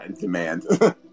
demand